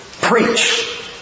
preach